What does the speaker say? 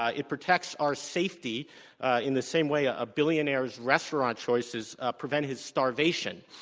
ah it protects our safety in the same way a billionaire's restaurant choices prevent his starvation.